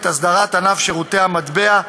הסדרת ענף שירותי המטבע,